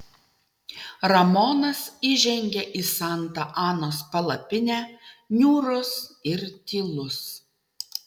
ramonas įžengė į santa anos palapinę niūrus ir tylus